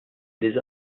des